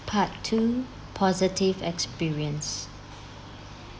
part two positive experience